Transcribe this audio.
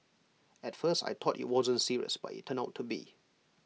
at first I thought IT wasn't serious but IT turned out to be